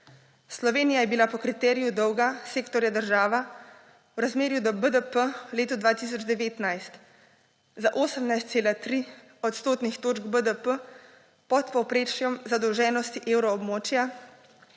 Slovenija je bila po kriteriju dolga sektorja država v razmerju do BDP v letu 2019 za 18,3 odstotne točke BDP pod povprečjem zadolženosti evroobmočja